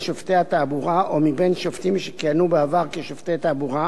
שופטי התעבורה או מבין שופטים שכיהנו בעבר כשופטי תעבורה,